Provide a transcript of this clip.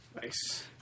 Nice